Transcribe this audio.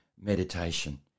meditation